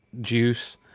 juice